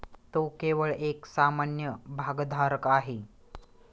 तो केवळ एक सामान्य भागधारक आहे